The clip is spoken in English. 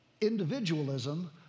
individualism